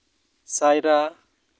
ᱥᱟᱭᱨᱟ